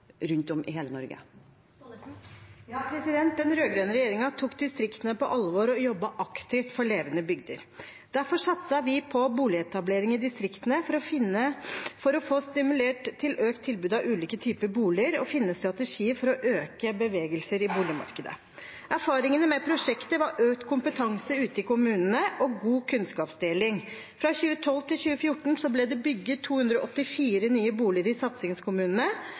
rundt om i hele Norge. Den rød-grønne regjeringen tok distriktene på alvor og jobbet aktivt for levende bygder. Derfor satset vi på boligetablering i distriktene for å få stimulert til økt tilbud av ulike typer boliger og finne strategier for å øke bevegelser i boligmarkedet. Erfaringene med prosjektet var økt kompetanse ute i kommunene og god kunnskapsdeling. Fra 2012 til 2014 ble det bygd 284 nye boliger i satsingskommunene,